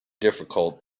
difficult